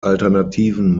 alternativen